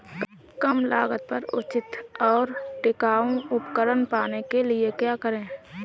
कम लागत पर उचित और टिकाऊ उपकरण पाने के लिए क्या करें?